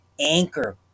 Anchor